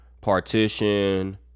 Partition